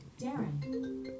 Darren